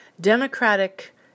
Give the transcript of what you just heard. Democratic